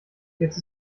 jetzt